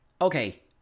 okay